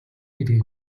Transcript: гэдгийг